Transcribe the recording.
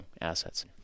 assets